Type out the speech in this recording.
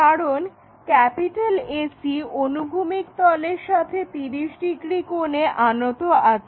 কারণ AC অনুভূমিক তলের সাথে 30 ডিগ্রী কোণে আনত আছে